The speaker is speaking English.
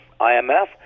IMF